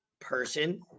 person